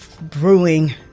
brewing